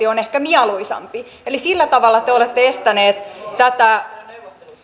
on ehkä mieluisampi eli sillä tavalla te olette estäneet